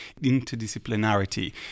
interdisciplinarity